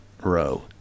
row